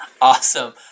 Awesome